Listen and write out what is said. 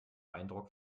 eindruck